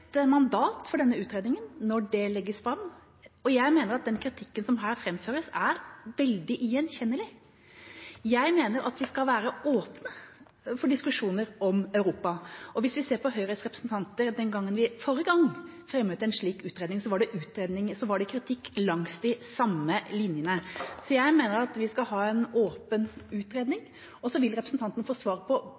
mandat for den utredningen når det legges fram. Jeg mener at den kritikken som her framføres, er veldig gjenkjennelig. Jeg mener at vi skal være åpne for diskusjoner om Europa. Og hvis vi ser tilbake på hva Høyres representanter sa forrige gang vi fremmet en slik utredning, var det kritikk langs de samme linjene. Jeg mener vi skal ha en åpen utredning, og så vil representanten få svar på